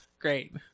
Great